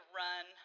run